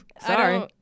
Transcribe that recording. sorry